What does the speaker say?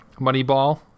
Moneyball